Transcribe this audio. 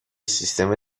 سیستم